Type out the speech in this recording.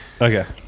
Okay